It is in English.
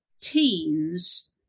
teens